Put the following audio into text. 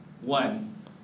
One